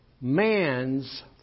man's